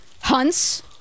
Hunt's